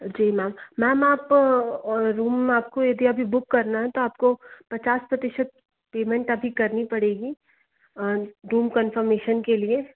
जी ma'am ma'am आप और room आपको यदि अभी बुक करना है तो आपको पचास प्रतिशत पेमेंट अभी करनी पड़ेगी रूम कन्फर्मेशन के लिए